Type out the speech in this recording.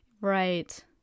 Right